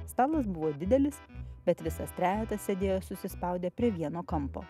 stalas buvo didelis bet visas trejetas sėdėjo susispaudę prie vieno kampo